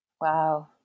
Wow